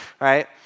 right